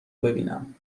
ببینم